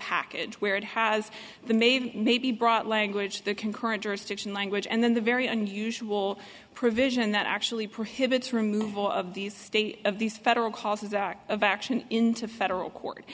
package where it has the maid maybe brought language there concurrent jurisdiction language and then the very unusual provision that actually prohibits removal of these state of these federal causes of action into federal court